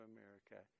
America